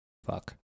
Fuck